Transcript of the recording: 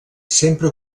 sempre